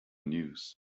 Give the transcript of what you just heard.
news